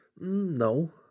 No